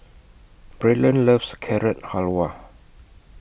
Braylon loves Carrot Halwa